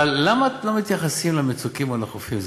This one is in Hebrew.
אבל למה לא מתייחסים למצוקים על החופים?